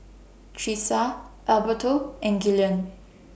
Tressa Alberto and Gillian